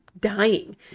dying